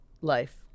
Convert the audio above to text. Life